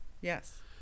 yes